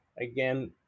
again